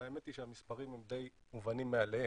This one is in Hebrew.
והאמת היא שהמספרים הם די מובנים מאליהם,